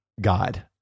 god